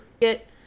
get